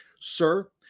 Sir